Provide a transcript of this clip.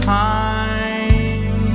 time